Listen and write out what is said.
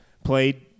played